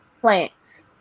plants